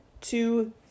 two